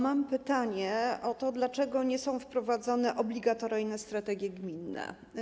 Mam pytanie o to, dlaczego nie są wprowadzane obligatoryjne strategie gminne.